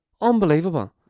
unbelievable